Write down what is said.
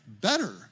Better